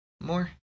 more